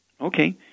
Okay